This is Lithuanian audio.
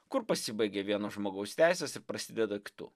kur pasibaigia vieno žmogaus teises ir prasideda kitų